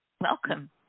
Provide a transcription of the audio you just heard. Welcome